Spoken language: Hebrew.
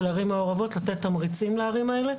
לתת תמריצים לעובדים האלה,